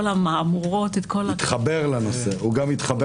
המהמורות --- הוא גם התחבר לנושא,